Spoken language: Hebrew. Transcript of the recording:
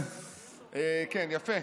כן, יפה.